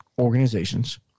Organizations